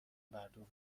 مردم